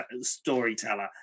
storyteller